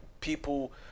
people